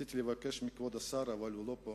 רציתי לבקש מכבוד השר, אבל הוא לא פה,